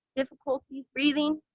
difficulty breathing,